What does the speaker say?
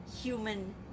human